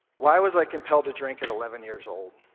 why was like compelled to drink at eleven years old?